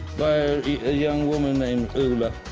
by a young woman name ula.